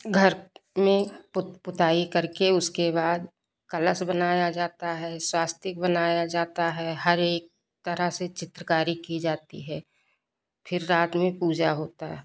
घर में पुताई करके उसके बाद कलश बनाया जाता है स्वास्तिक बनाया जाता है हर एक तरह से चित्रकारी की जाती है फिर रात में पूजा होता है